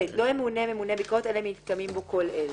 (ב) לא ימונה ממונה ביקורת אלא אם מתקיימים בו כל אלה: